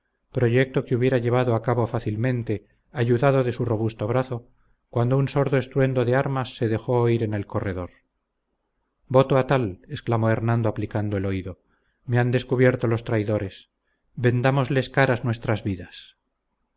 proyecto que hubiera llevado a cabo fácilmente ayudado de su robusto brazo cuando un sordo estruendo de armas se dejó oír en el corredor voto a tal exclamó hernando aplicando el oído me han descubierto los traidores vendámosles caras nuestras vidas